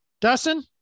Dustin